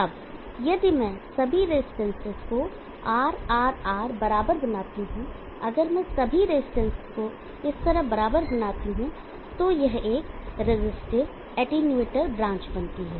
अब यदि मैं सभी रजिस्टेंसेज को R R R बराबर बनाता हूं अगर मैं सभी रजिस्टेंसेज को इस तरह बराबर बनाता हूं तो यह एक रेजिस्टिव एटीयूनेटर ब्रांच बनती है